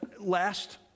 last